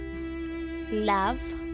love